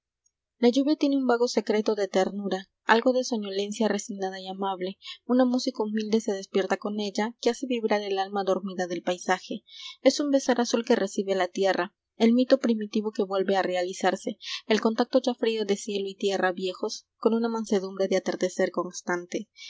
lluvia tiene un vago secreto de ternura l algo de soñolencia resignada y amable una música humilde se despierta con ella que hace vibrar el alma dormida del paisaje es u n b e s a r a z u l q u e r e c i b e l a t i e r r a el mito primitivo que vuelve a realizarse el contacto ya frío de cielo y tierra viejos con una mansedumbre de atardecer constante